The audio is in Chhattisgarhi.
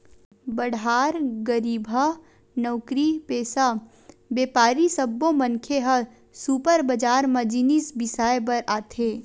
बड़हर, गरीबहा, नउकरीपेसा, बेपारी सब्बो मनखे ह सुपर बजार म जिनिस बिसाए बर आथे